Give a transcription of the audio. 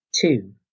Two